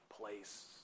place